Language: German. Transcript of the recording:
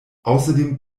außerdem